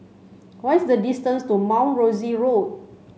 what is the distance to Mount Rosie Road